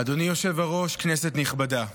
אדוני היושב-ראש, כנסת נכבדה,